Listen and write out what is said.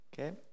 Okay